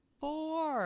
four